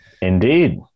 Indeed